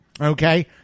Okay